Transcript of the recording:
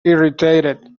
irritated